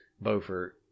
Beaufort